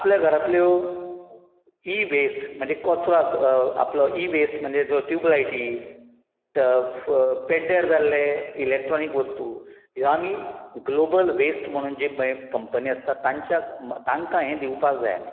आपल्या घरांतल्यो e waste म्हणजे कोचरो आस आपलो इ वेस्ट म्हणजे जो ट्युबलायटी त फ पेड्ड्यार जाल्ले इलॅक्ट्रॉनीक वस्तू ह्यो आमी ग्लोबल वेस्ट म्हणून जी पळय कंपनी आसता तांच्या तांकां हें दिवपाक जाय आमी